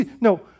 No